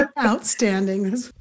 Outstanding